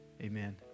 Amen